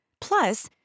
Plus